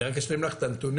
אני רק אשלים לך את הנתונים,